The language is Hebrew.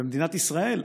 ומדינת ישראל,